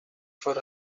for